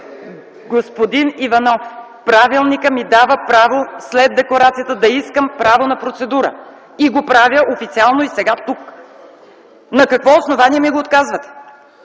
Господин Иванов, правилникът ми дава право след декларацията да искам право на процедура и го правя сега официално и тук. На какво основание ми го отказвате?